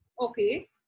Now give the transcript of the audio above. Okay